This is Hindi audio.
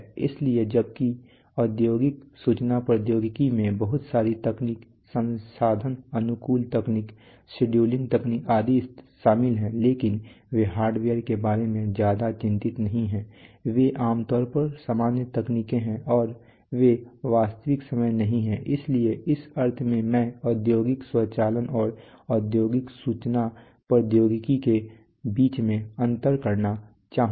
इसलिए जबकि औद्योगिक सूचना प्रौद्योगिकी में बहुत सारी तकनीक संसाधन अनुकूलन तकनीक शेड्यूलिंग तकनीक आदि शामिल हैं लेकिन वे हार्डवेयर के बारे में ज्यादा चिंतित नहीं हैं वे आम तौर पर सामान्य तकनीकें हैं और वे वास्तविक समय नहीं हैं इसलिए उस अर्थ में मैं औद्योगिक स्वचालन और औद्योगिक सूचना प्रौद्योगिकी के बीच में अंतर करना चाहूंगा